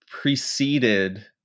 preceded